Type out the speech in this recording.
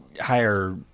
higher